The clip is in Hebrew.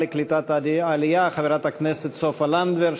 העלייה והקליטה חברת הכנסת סופה לנדבר,